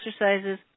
exercises